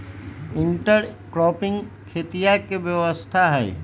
intercropping खेतीया के व्यवस्था हई